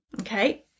Okay